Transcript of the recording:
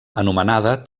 anomenada